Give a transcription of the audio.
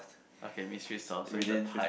okay mystery solve so is the pie